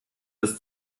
ist